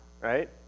right